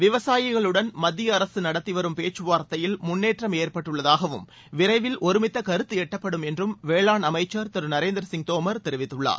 விவசாயிகளுடன் மத்திய அரக நடத்தி வரும் பேச்சுவார்த்தையில் முன்னேற்றம் ஏற்பட்டுள்ளதாகவும் விரைவில் ஒருமித்த கருத்து எட்டப்படும் என்றும் வேளாண் அமைச்சா் திரு நரேந்திர சிங் தோமா் தெரிவித்துள்ளார்